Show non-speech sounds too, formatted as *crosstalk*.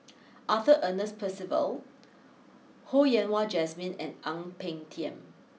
*noise* Arthur Ernest Percival Ho Yen Wah Jesmine and Ang Peng Tiam